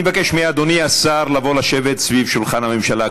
אני מבקש מאדוני השר לבוא לשבת ליד שולחן הממשלה.